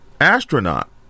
astronaut